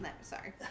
sorry